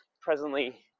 Presently